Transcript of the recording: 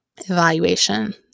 evaluation